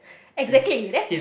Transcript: exactly that's